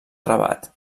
rabat